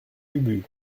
ubu